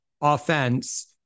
offense